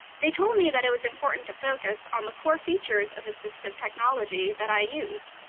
they told me that it was important to focus on the core features of assistive technology that i use,